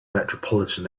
metropolitan